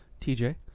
TJ